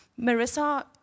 Marissa